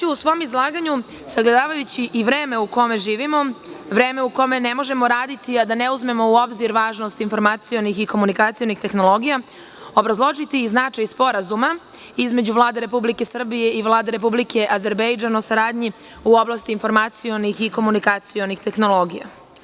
U svom izlaganju ću, sagledavajući i vreme u kome živimo, vreme u kome ne možemo raditi, a da ne uzmemo u obzir važnost informacionih i komunikacionih tehnologija, obrazložiti i značaj Sporazuma između Vlade Republike Srbije i Vlade Republike Azerbejdžan o saradnji u oblasti informacionih i komunikacionih tehnologija.